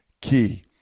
key